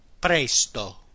Presto